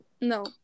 no